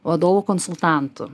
vadovų konsultantu